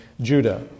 Judah